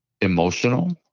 emotional